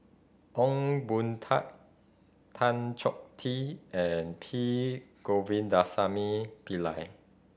Ong Boon Tat Tan Choh Tee and P Govindasamy Pillai